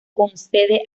concede